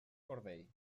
cordell